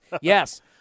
Yes